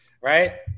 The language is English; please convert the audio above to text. Right